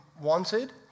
wanted